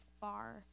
far